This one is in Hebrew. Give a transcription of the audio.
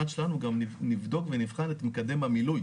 שלנו גם נבדוק ונבחן את מקדם המילוי.